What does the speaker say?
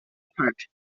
apart